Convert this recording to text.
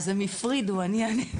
אז הם הפרידו, אני אענה.